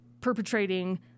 perpetrating